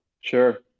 Sure